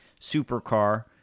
supercar